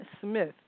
Smith